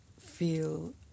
feel